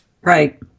Right